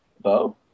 Bo